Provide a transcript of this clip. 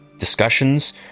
discussions